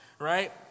right